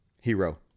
Hero